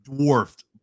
dwarfed